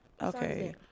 Okay